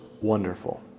wonderful